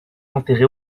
enterré